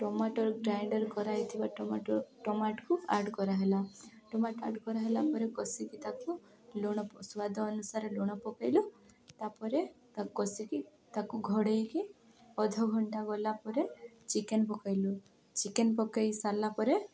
tomato grinder କରାହେଇଥିବା tomato ଟମାଟକୁ add କରାହଲା ଟମାଟୋ ଆଡ଼୍ କରା ହେଲା ପରେ କସିକି ତାକୁ ଲୁଣ ସ୍ୱାଦ ଅନୁସାରେ ଲୁଣ ପକେଇଲୁ ତା'ପରେ ତାକୁ କସିକି ତାକୁ ଘୋଡ଼େଇକି ଅଧଘଣ୍ଟା ଗଲା ପରେ ଚିକେନ୍ ପକେଇଲୁ ଚିକେନ୍ ପକେଇ ସାରିଲା ପରେ